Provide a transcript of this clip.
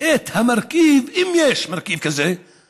את המרכיב הדמוקרטי